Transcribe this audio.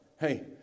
Hey